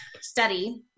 study